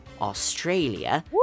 Australia